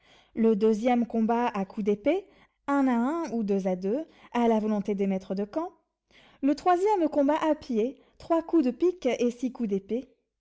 le deuxième combat à coups d'épée un à un ou deux à deux à la volonté des maîtres du camp le troisième combat à pied trois coups de pique et six coups d'épée